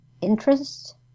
interest